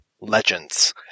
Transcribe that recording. legends